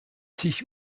sich